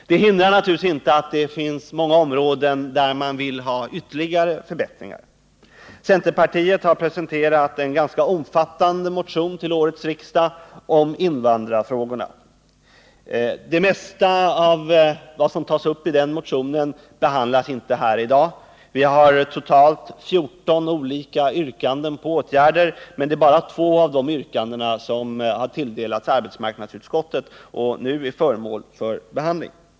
Detta hindrar naturligtvis inte att det finns många områden där man skulle vilja ha ytterligare förbättringar. Centerpartiet har till årets riksdag presenterat en ganska omfattande motion om invandrarfrågorna. Det mesta av det som tas upp i den motionen behandlas inte här i dag. Vi har totalt fjorton olika yrkanden på åtgärder, men endast två av dessa yrkanden har tilldelats arbetsmarknadsutskottet, så att de kan bli föremål för behandling nu.